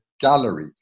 gallery